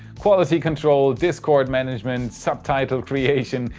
quality control, discord management, subtitle creation,